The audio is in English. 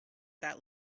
that